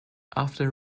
after